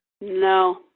No